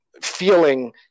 feeling